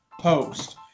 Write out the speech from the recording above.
post